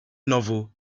novel